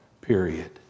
period